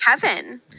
Kevin